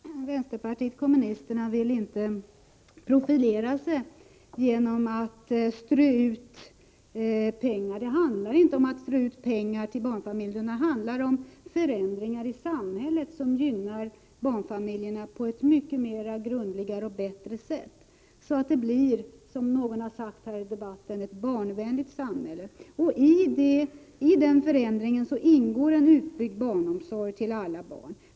Herr talman! Vänsterpartiet kommunisterna vill inte profilera sig genom att strö ut pengar. Det handlar inte om att strö ut pengar till barnfamiljerna, det handlar om förändringar i samhället som gynnar barnfamiljerna på ett mycket grundligare och bättre sätt, så att det blir, som någon har sagt här i debatten, ett barnvänligt samhälle. I den förändringen ingår en utbyggd barnomsorg för alla barn.